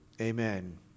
Amen